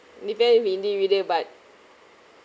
nearby windy but